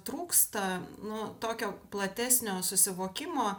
trūksta nu tokio platesnio susivokimo